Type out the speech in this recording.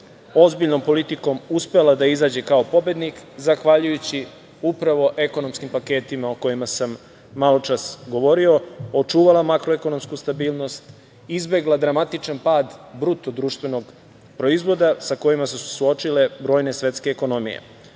ozbiljnom politikom uspela da izađe kao pobednik, zahvaljujući upravo ekonomskim paketima o kojima sam malo čas govorio, očuvala makroekonomsku stabilnost, izbegla dramatičan pad BDP sa kojima su se suočile brojne svetske ekonomije.